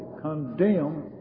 condemn